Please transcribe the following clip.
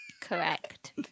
Correct